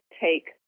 take